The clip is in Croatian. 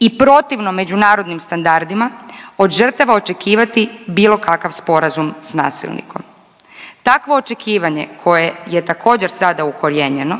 i protivno međunarodnim standardima od žrtava očekivati bilo kakav sporazum s nasilnikom. Takvo očekivanje koje je također sada ukorijenjeno